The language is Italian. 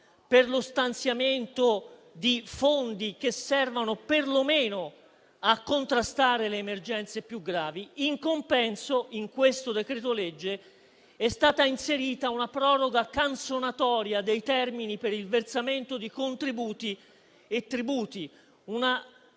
per lo stanziamento di fondi che servano perlomeno a contrastare le emergenze più gravi. In compenso, in questo decreto-legge è stata inserita una proroga canzonatoria dei termini per il versamento di contributi e tributi: